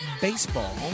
baseball